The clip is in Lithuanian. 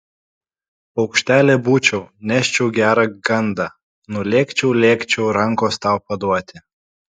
paukštelė būčiau neščiau gerą gandą nulėkčiau lėkčiau rankos tau paduoti